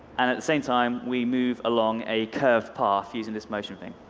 and at the same time we move a long a curved path using this motion thing.